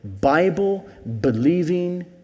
Bible-believing